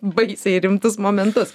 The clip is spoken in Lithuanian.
baisiai rimtus momentus